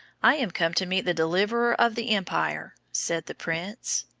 i am come to meet the deliverer of the empire, said the prince.